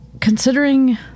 Considering